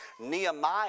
Nehemiah